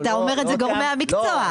אתה אומר גורמי המקצוע.